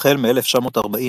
החל מ-1940,